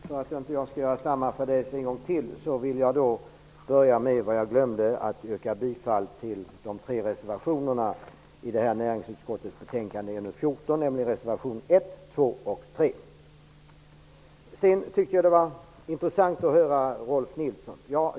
Herr talman! Jag vill börja med vad jag glömde att säga, nämligen att yrka bifall till de tre reservationerna 1, 2 och 3 i näringsutskottets betänkande 14. Det var intressant att höra Rolf Nilson.